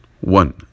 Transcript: One